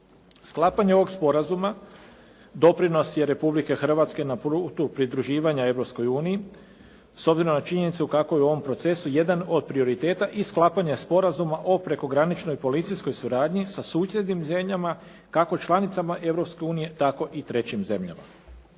Sklapanje ovog sporazuma doprinos je Republike Hrvatske na putu pridruživanja Europskoj uniji s obzirom na činjenicu kako je u ovom procesu jedan od prioriteta i sklapanja sporazuma o prekograničnoj policijskoj suradnji sa susjednim zemljama kako članicama Europske unije tako i trećim zemljama.